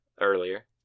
earlier